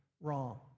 wrong